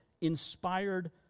inspired